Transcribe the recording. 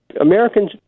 Americans